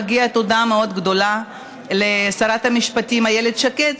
מגיעה תודה מאוד גדולה לשרת המשפטים איילת שקד,